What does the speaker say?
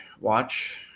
watch